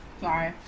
Sorry